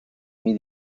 mil